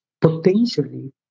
potentially